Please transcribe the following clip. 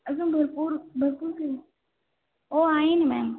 अजून भरपूर भरपूर काही हो आहे ना मॅम